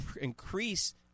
increase